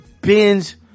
binge